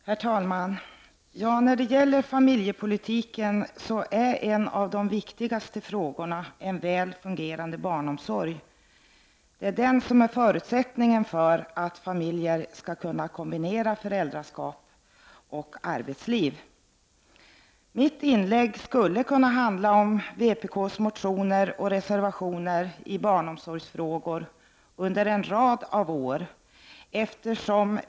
Herr talman! När det gäller familjepolitiken är en av de viktigaste frågorna en väl fungerande barnomsorg. Det är den som är förutsättningen för att familjer skall kunna kombinera föräldraskap och arbetsliv. Mitt inlägg skulle kunna handla om motioner väckta av vpk och reservationer av vpk i barnomsorgsfrågor under en rad av år.